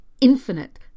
infinite